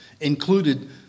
included